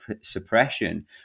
suppression